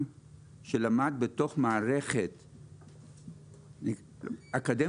כן לתת לאנשים את האופציה להישאר,